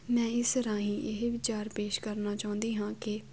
ਮੈਂ ਇਸ ਰਾਹੀਂ ਇਹ ਵਿਚਾਰ ਪੇਸ਼ ਕਰਨਾ ਚਾਹੁੰਦੀ ਹਾਂ ਕਿ